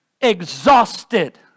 exhausted